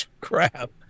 crap